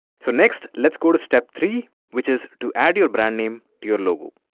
so next let's go to step three which is to add your brand name to your logo'